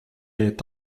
est